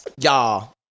Y'all